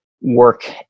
work